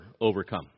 overcome